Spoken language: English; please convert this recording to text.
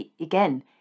again